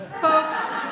Folks